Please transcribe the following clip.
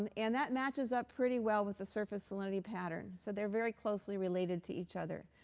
um and that matches up pretty well with the surface salinity pattern. so they're very closely related to each other.